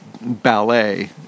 ballet